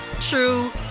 true